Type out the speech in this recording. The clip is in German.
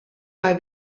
mal